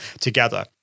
together